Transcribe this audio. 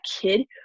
kid –